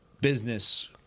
business